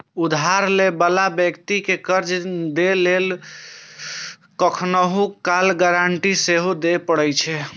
उधार लै बला व्यक्ति कें कर्ज दै लेल कखनहुं काल गारंटी सेहो दियै पड़ै छै